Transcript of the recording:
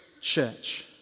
church